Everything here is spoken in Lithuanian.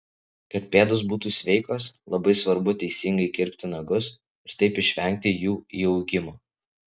kad pėdos būtų sveikos labai svarbu teisingai kirpti nagus ir taip išvengti jų įaugimo